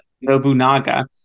Nobunaga